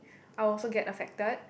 I will also get affected